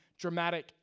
dramatic